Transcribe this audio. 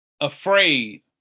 afraid